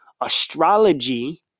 Astrology